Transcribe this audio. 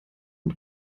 und